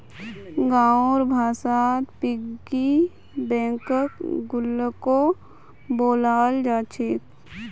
गाँउर भाषात पिग्गी बैंकक गुल्लको बोलाल जा छेक